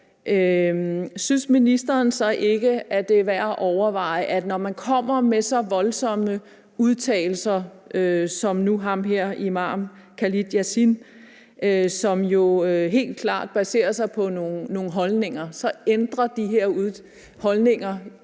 synes ministeren ikke, det er værd at overveje, når man kommer med så voldsomme udtalelser, som den her imam, Khalid Yasin, gør, og som helt klart baserer sig på nogle holdninger, som jo nok ikke